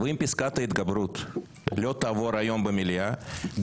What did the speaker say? ואם פסקת ההתגברות לא תעבור היום במליאה,